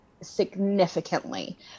significantly